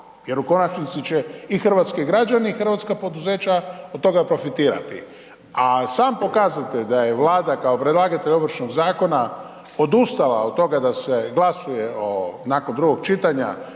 jer u konačnici će i hrvatski građani i hrvatska poduzeća od toga profitirati, a sam pokazatelj da je Vlada kao predlagatelj Ovršnog zakona odustala od toga se glasuje o, nakon drugog čitanja